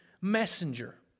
messenger